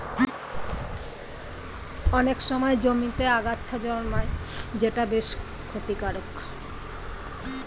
অনেক সময় জমিতে আগাছা জন্মায় যেটা বেশ ক্ষতিকারক